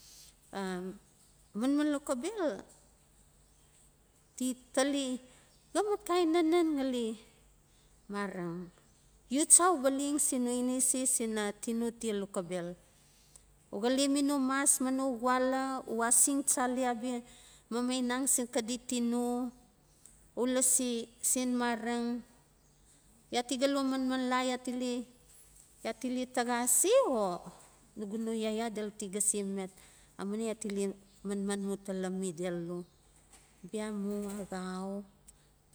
A manman lokobel ti tali xa nat kain nanen ngali mareng u cha uba leng sin no ineses ina tino tia lo kobel. U xale mi no max ma xuala, u asising chali abia mamainang sin xadi tina, u lasi sen maeng. Ia ti ga lo manman la, ya tile, ya tile taxa se o nugu no yaya delu ti ga se met, amuina ya tile manman mu tala mi delulu, bia mu axau.